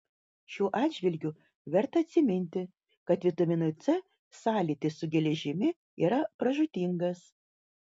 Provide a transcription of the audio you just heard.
šiuo atžvilgiu verta atsiminti kad vitaminui c sąlytis su geležimi yra pražūtingas